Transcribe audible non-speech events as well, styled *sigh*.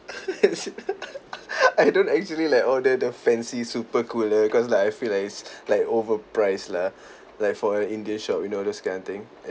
*laughs* I don't actually like order the fancy super cooler cause like I feel like is like overpriced lah like for a indian shop you know those kind of thing